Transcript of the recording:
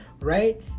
right